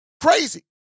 crazy